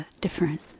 different